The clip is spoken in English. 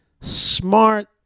smart